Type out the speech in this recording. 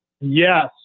Yes